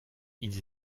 ils